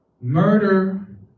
murder